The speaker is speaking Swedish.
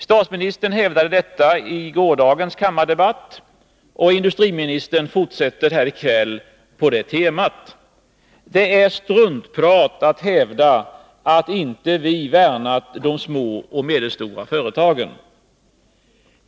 Statsministern hävdade detta i gårdagens kammardebatt, och industriministern fortsätter här i kväll på det temat. Det är struntprat att hävda att vi inte värnat de små och medelstora företagen.